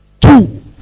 two